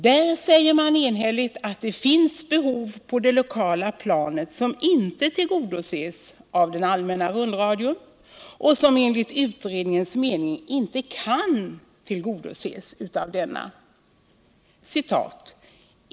Där sade man enhälligt att det finns behov på det lokala planet som inte tillgodoses av den allmänna rundradion och som enligt utredningens mening inte kan tillgodoses av denna.